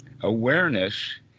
awareness